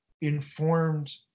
informed